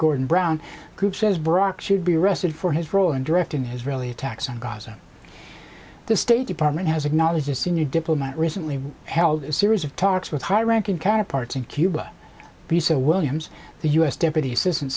gordon brown group says brock should be arrested for his role in directing his really attacks on gaza the state department has acknowledged a senior diplomat recently held a series of talks with high ranking care parts in cuba piso williams the us deputy assistant